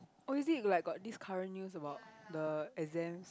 or is it like got this current news about the exams